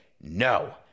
No